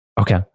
Okay